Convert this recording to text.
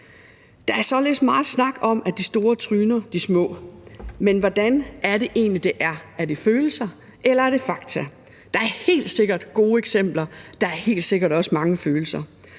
Der er således meget snak om, at de store tryner de små, men hvordan er det egentlig, det er? Er det følelser, eller er det fakta? Der er helt sikkert gode eksempler; der er helt sikkert også mange følelser.